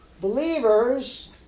believers